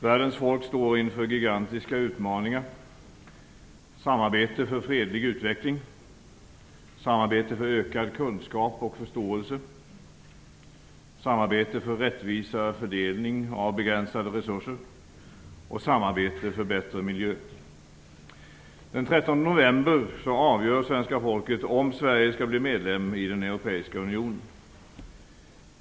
Världens folk står inför gigantiska utmaningar: Sverige skall bli medlem i den europeiska unionen.